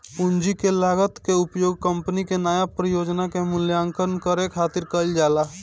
पूंजी के लागत कअ उपयोग कंपनी के नया परियोजना के मूल्यांकन करे खातिर कईल जाला